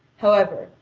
however,